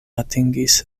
atingis